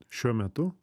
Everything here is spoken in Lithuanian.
šiuo metu